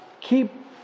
keep